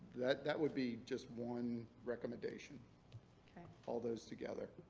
that that would be just one recommendation all those together.